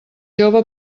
jove